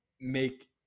make